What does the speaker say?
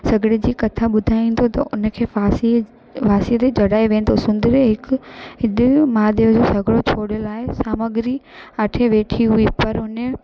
सॻिड़े जी कथा ॿुधाईंदो त उन खे फासी फासीअ ते चढ़ायो वेंदो त सुंदरी हिकु हिकु महादेव जो सॻिड़ो छोड़े लाइ सामग्री आठे वेठी हुई पर उन